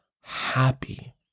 happy